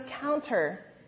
counter